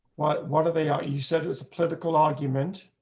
what what are they are you said as a political argument.